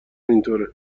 اینطوره